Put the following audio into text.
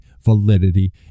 validity